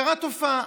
קרתה תופעה,